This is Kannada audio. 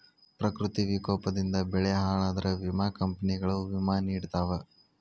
ಪ್ರಕೃತಿ ವಿಕೋಪದಿಂದ ಬೆಳೆ ಹಾಳಾದ್ರ ವಿಮಾ ಕಂಪ್ನಿಗಳು ವಿಮಾ ನಿಡತಾವ